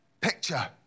picture